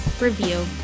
review